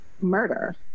murder